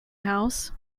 house